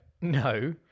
no